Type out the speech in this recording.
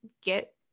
get